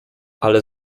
ale